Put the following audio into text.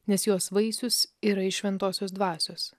nes jos vaisius yra iš šventosios dvasios